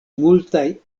multaj